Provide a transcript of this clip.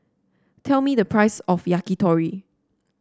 tell me the price of Yakitori